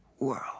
world